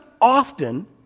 often